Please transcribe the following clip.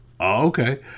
okay